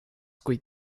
kui